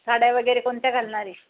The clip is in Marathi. साड्या वगैरे कोणत्या घालणार आहे